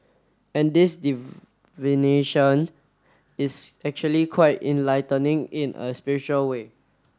and this divination is actually quite enlightening in a spiritual way